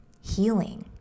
healing